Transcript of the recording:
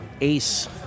Ace